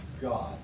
god